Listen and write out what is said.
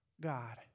God